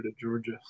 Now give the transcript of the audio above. Georgia